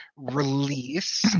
Release